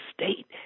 state